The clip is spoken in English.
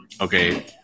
Okay